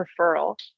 referral